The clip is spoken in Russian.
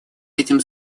этим